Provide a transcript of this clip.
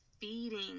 feeding